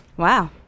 Wow